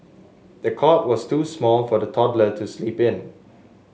the cot was too small for the toddler to sleep in